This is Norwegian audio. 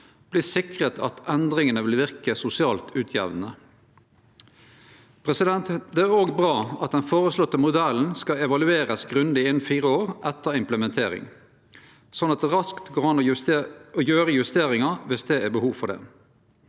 sikrar at endringane vil verke sosialt utjamnande. Det er òg bra at den føreslåtte modellen skal evaluerast grundig innan fire år etter implementering, slik at ein raskt kan gjere justeringar viss det er behov for det.